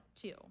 two